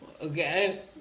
Okay